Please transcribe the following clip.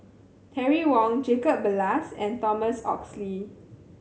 Terry Wong Jacob Ballas and Thomas Oxley